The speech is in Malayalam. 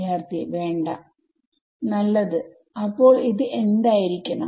വിദ്യാർത്ഥി വേണ്ട നല്ലത് അപ്പോൾ ഇത് എന്തായിരിക്കണം